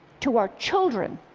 to our children,